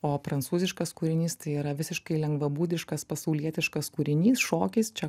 o prancūziškas kūrinys tai yra visiškai lengvabūdiškas pasaulietiškas kūrinys šokis čia